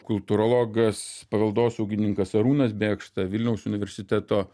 kultūrologas paveldosaugininkas arūnas bėkšta vilniaus universiteto